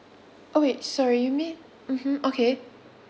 oh wait sorry you mean mmhmm okay